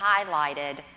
highlighted